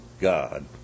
God